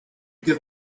give